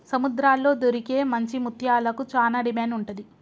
సముద్రాల్లో దొరికే మంచి ముత్యాలకు చానా డిమాండ్ ఉంటది